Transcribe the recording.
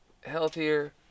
healthier